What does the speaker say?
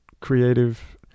creative